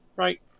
Right